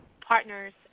partners